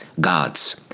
God's